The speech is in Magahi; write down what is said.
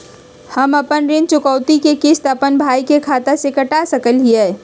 हम अपन ऋण चुकौती के किस्त, अपन भाई के खाता से कटा सकई हियई?